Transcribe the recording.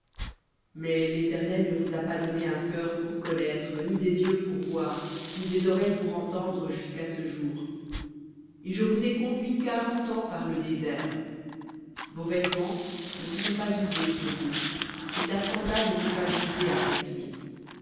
mais l'éternel ne vous a pas donné un cœur pour connaître ni des yeux pour voir ni des oreilles pour entendre jusqu'à ce jour et je vous ai conduits quarante ans par le désert vos vêtements ne se sont pas usés sur vous et ta sandale ne s'est pas usée à ton pied